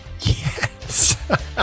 Yes